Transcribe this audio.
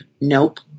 Nope